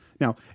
Now